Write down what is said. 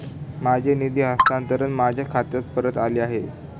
माझे निधी हस्तांतरण माझ्या खात्यात परत आले आहे